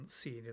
seen